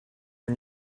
are